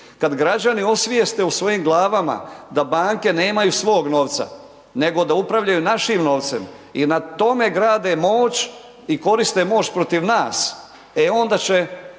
Kad građani osvijeste u svojim glavama da banke nemaju svog novca nego da upravljaju našim novcem i na tome grade moć i koriste moć protiv nas, e onda će